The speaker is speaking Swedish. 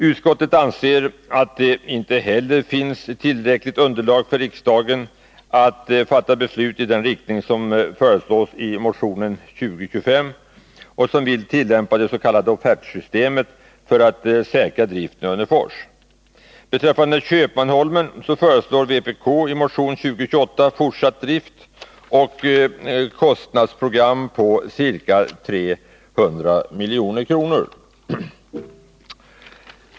Utskottet anser att det inte heller finns tillräckligt underlag för riksdagen att fatta beslut i den riktning som förordas i motion 2025 — man vill tillämpa det s.k. offertsystemet för att säkra driften i Hörnefors. Beträffande Köpmanholmen föreslår vpk i motion 2028 fortsatt drift enligt ett program som kostnadsberäknats till 300 milj.kr.